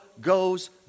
goes